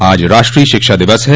आज राष्ट्रीय शिक्षा दिवस है